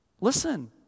Listen